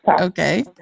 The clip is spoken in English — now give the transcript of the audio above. okay